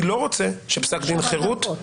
אני לא רוצה שפסק דין חרות,